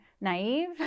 naive